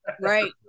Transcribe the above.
Right